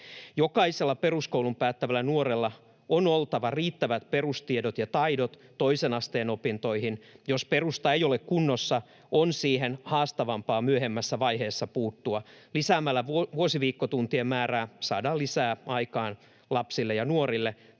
Jokaisella peruskoulun päättävällä nuorella on oltava riittävät perustiedot ja taidot toisen asteen opintoihin. Jos perusta ei ole kunnossa, on siihen haastavampaa myöhemmässä vaiheessa puuttua. Lisäämällä vuosiviikkotuntien määrää saadaan lisää aikaa lapsille ja nuorille.